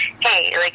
hey